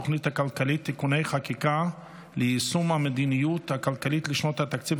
הכלכלית (תיקוני חקיקה להשגת יעדי התקציב לשנות התקציב